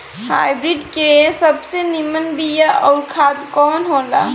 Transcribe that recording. Hybrid के सबसे नीमन बीया अउर खाद कवन हो ला?